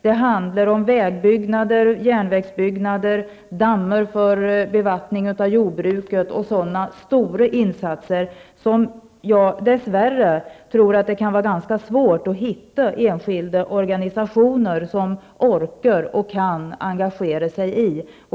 Det handlar om vägbyggande, järnvägsbyggande, dammar för bevattning av jordbruket och sådana stora insatser, som jag dess värre tror att det kan vara ganska svårt att hitta enskilda organisationer som orkar och kan engagera sig i.